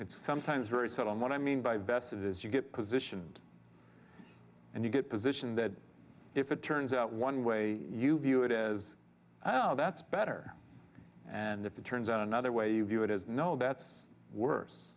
it's sometimes very set on what i mean by vested is you get positioned and you get position that if it turns out one way you view it is oh that's better and if it turns out another way you view it as no that's worse